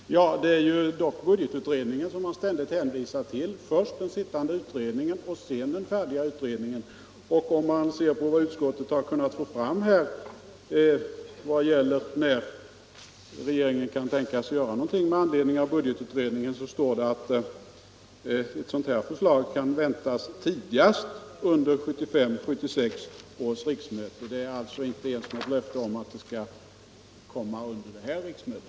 Herr talman! Det är dock till budgetutredningen som man ständigt hänvisar — först till den sittande utredningen och sedan till den färdiga utredningen. Om vi ser på vad utskottet i betänkandet kunnat få fram om när regeringen kan tänkas göra någonting med anledning av budgetutredningens förslag, finner vi att det där står att ett sådant förslag kan väntas ”tidigast under 1975/76 års riksmöte.” Det är alltså inte ens något löfte om att det skall komma under det här riksmötet.